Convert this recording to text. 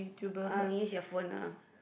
um use your phone ah